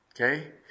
Okay